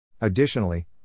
Additionally